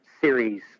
series